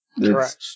Correct